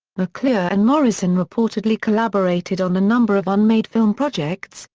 mcclure and morrison reportedly collaborated on a number of unmade film projects,